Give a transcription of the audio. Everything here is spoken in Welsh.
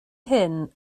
hyn